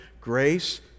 Grace